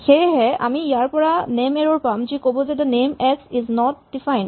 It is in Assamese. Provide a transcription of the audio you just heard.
সেয়েহে আমি ইয়াৰপৰা নেম এৰ'ৰ পাম যি ক'ব যে the name x is not defined